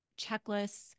checklists